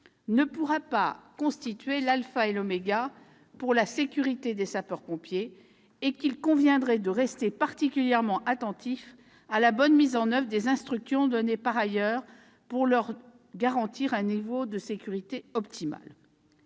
ne pourra pas constituer l'alpha et l'oméga pour la sécurité des sapeurs-pompiers, et qu'il conviendra de rester particulièrement attentifs à la bonne mise en oeuvre des instructions données par ailleurs pour leur garantir un niveau de sécurité optimal.